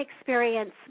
experience